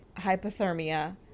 hypothermia